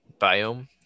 biome